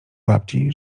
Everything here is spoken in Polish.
babci